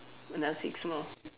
another six more